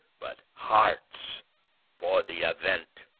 but hearts for the event.